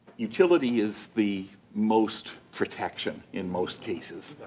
utility is the most protection in most cases,